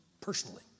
personally